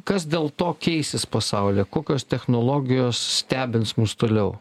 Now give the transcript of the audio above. kas dėl to keisis pasaulyje kokios technologijos stebins mus toliau